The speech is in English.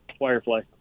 Wirefly